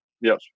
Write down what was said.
Yes